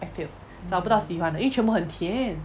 I failed 找不到喜欢的因为全部很甜